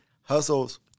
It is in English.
hustles